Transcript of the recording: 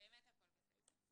באמת זה נפלט.